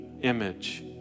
image